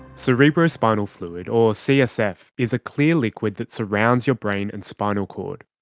cerebrospinal fluid or csf is a clear liquid that surrounds your brain and spinal cord.